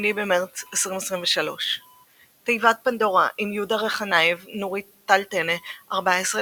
28 במרץ 2023 תיבת פנדורה עם יהודה רחנייב - נורית טל-טנא - 14.1.21,